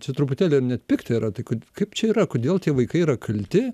čia truputėlį ir net pikta yra tai kaip čia yra kodėl tie vaikai yra kalti